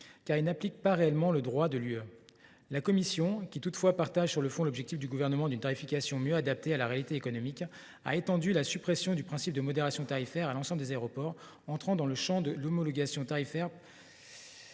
car il n’applique pas réellement le droit de l’Union européenne. La commission souscrit toutefois sur le fond à l’objectif du Gouvernement d’une tarification mieux adaptée à la réalité économique. Elle a donc étendu la suppression du principe de modération tarifaire à l’ensemble des aéroports entrant dans le champ de l’homologation tarifaire